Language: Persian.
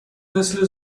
مثل